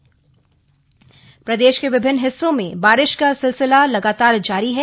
मौसम प्रदेश के विभिन्न हिस्सों में बारिश का सिलसिला जारी है